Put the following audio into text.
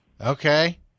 Okay